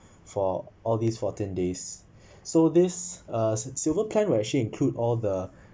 for all these fourteen days so this uh silver plan will actually include all the